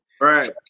Right